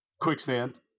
quicksand